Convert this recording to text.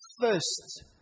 first